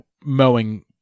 mowing